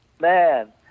man